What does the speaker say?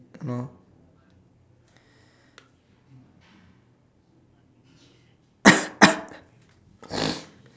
no